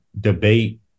debate